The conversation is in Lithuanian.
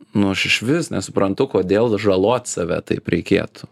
nu aš išvis nesuprantu kodėl žalot save taip reikėtų